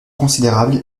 considérables